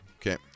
Okay